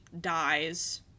dies